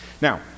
Now